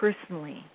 personally